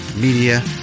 media